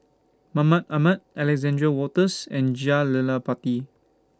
Mahmud Ahmad Alexander Wolters and Jah Lelawati